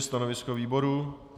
Stanovisko výboru?